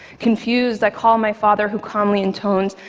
confused, i call my father, who calmly intones,